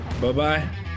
bye-bye